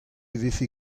vefe